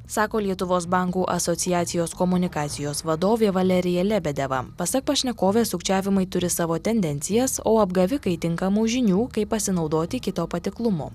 sako lietuvos bankų asociacijos komunikacijos vadovė valerija lebedeva pasak pašnekovės sukčiavimai turi savo tendencijas o apgavikai tinkamų žinių kaip pasinaudoti kito patiklumu